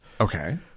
Okay